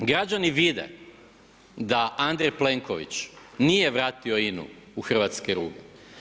Građani vide da Andrej Plenković nije vratio INA-u u hrvatske ruke.